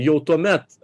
jau tuomet